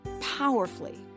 powerfully